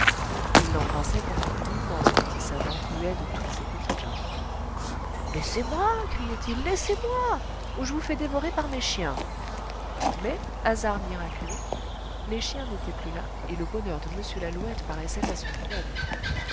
il l'embrassait pendant que l'immense petit savant ruait de toutes ses petites jambes laissez-moi criait-il laissez-moi ou je vous fais dévorer par mes chiens mais hasard miraculeux les chiens n'étaient plus là et le bonheur de m lalouette paraissait à son comble